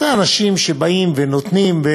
ראית אנשים שבאים ונותנים,